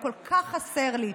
הוא כל כך חסר לי.